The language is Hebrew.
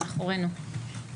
זה מאחורינו.